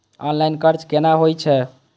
Online कर्ज केना होई छै?